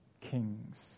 kings